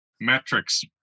metrics